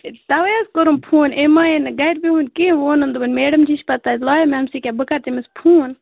تَوَے حظ کوٚرُم فون أمۍ مانے نہٕ گَرِ بِہُن کِہیٖنۍ وۄنۍ ووٚننَم دوٚپُن میڈَم جی چھِ پَتہٕ تَتہِ لایان مےٚ ووٚنُس ییٚکیٛاہ بہٕ کَرٕ تٔمِس فون